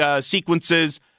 sequences